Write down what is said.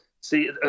see